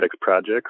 projects